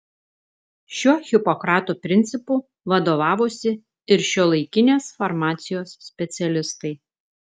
šiuo hipokrato principu vadovavosi ir šiuolaikinės farmacijos specialistai